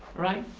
right,